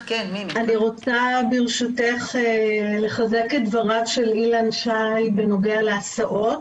אני רוצה ברשותך לחזק את דבריו של אילן שי בנוגע להסעות.